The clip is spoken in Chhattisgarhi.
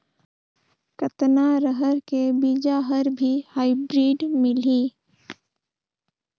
कतना रहर के बीजा हर भी हाईब्रिड मिलही?